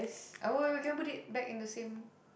uh wait wait wait can you put it back in the same